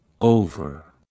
over